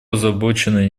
озабочена